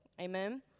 Amen